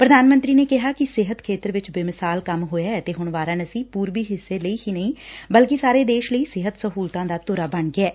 ਪ੍ਧਾਨ ਮੰਤਰੀ ਨੇ ਕਿਹਾ ਕਿ ਸਿਹਤ ਖੇਤਰ ਵਿਚ ਬੇਮਿਸਾਲ ਕੰਮ ਹੋਇਐ ਅਤੇ ਹੁਣ ਵਾਰਾਨਸੀ ਪੂਰਬੀ ਹਿੱਸੇ ਲਈ ਹੀ ਨਹੀਂ ਬਲਕਿ ਸਾਰੇ ਦੇਸ਼ ਲਈ ਸਿਹਤ ਸਹੂਲਤਾਂ ਦਾ ਧੁਰਾ ਬਣ ਗਿਐ